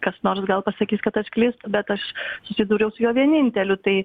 kas nors gal pasakys kad aš klystu bet aš susidūriau su juo vieninteliu tai